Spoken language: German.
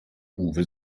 uwe